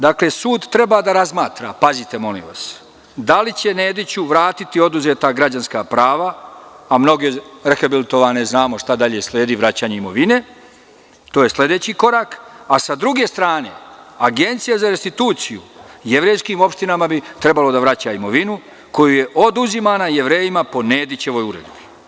Dakle, sud treba da razmatra, pazite, molim vas, da li će Nediću vratiti oduzeta građanska prava, a mnoge rehabilitovane, znamo šta dalje sledi, vraćanje imovine, to je sledeći korak, a sa druge strane, Agencija za restituciju jevrejskim opštinama bi trebalo da vraća imovinu koja je oduzimana Jevrejima po Nedićevoj uredbi.